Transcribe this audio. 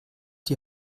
die